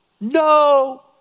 No